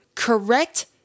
correct